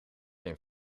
een